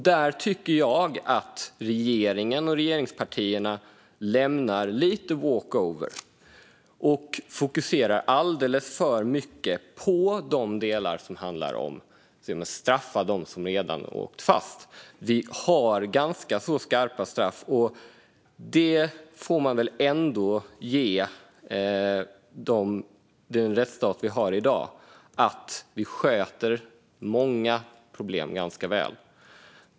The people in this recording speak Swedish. Jag tycker att regeringen och regeringspartierna lämnar lite walkover och fokuserar alldeles för mycket på de delar som handlar om att straffa dem som redan har åkt fast. Sverige har ganska skarpa straff, och det får man ändå ge de den rättsstat vi har i dag att många problem sköts ganska väl.